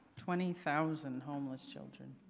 twenty thousand homeless children.